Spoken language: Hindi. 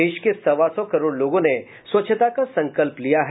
देश के सवा सौ करोड़ लोगों ने स्वच्छता का संकल्प लिया है